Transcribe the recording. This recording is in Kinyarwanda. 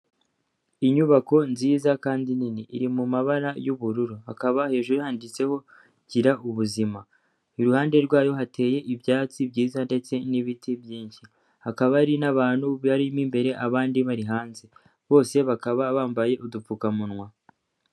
Inyubako nziza kandi nini, iri mu mabara y'ubururu hakaba hejuru yanditseho gira ubuzima, iruhande rwayo hateye ibyatsi byiza ndetse n'ibiti byinshi, hakaba hari n'abantu barimo imbere abandi bari hanze, bose bakaba bambaye udupfukamunwa.